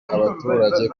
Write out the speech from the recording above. abaturage